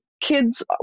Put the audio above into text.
kids